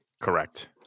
Correct